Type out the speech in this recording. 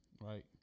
right